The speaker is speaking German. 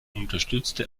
unterstützte